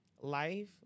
life